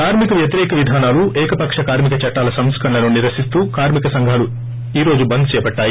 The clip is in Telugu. కార్మిక వ్యతిరేక విధానాలు ఏకపక్ష కార్మిక చట్లాల సంస్కరణలను నిరసిస్తూ కార్మిక సంఘాలు ఈ రోజు బంద్ చేపట్లాయి